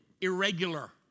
irregular